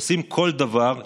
עושים כל דבר,